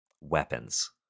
weapons